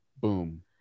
boom